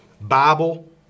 Bible